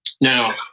Now